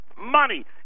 money